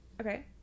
Okay